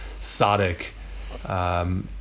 Sodic